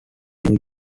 new